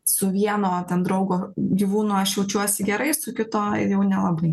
su vieno ten draugo gyvūnu aš jaučiuosi gerai su kito jau nelabai